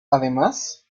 además